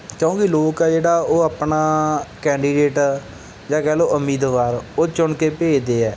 ਕਿਉਂਕਿ ਲੋਕ ਆ ਜਿਹੜਾ ਉਹ ਆਪਣਾ ਕੈਂਡੀਡੇਟ ਜਾਂ ਕਹਿ ਲਓ ਉਮੀਦਵਾਰ ਉਹ ਚੁਣ ਕੇ ਭੇਜਦੇ ਹੈ